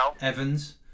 Evans